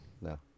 No